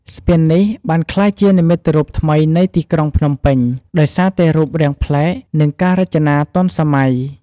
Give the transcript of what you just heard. ស្ពាននេះបានក្លាយជា និមិត្តរូបថ្មីនៃទីក្រុងភ្នំពេញ ដោយសារតែរូបរាងប្លែក និងការរចនាទាន់សម័យ។